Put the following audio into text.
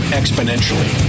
exponentially